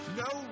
no